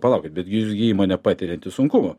palaukit betgi jūs gi įmonė patirianti sunkumų